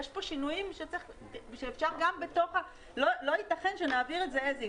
יש פה שינויים ולא ייתכן שנעביר את זה כמו שזה.